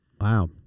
Wow